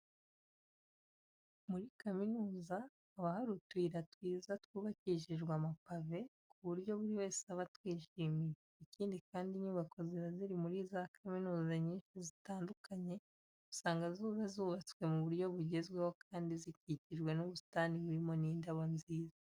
Muri kaminuza haba hari utuyira twiza twubakishije amapave ku buryo buri wese aba atwishimiye. Ikindi kandi inyubako ziba ziri muri za kaminuza nyinshi zitandukanye usanga ziba zubatswe mu buryo bugezwe kandi zikikijwe n'ubusitani burimo n'indabo nziza.